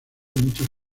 muchas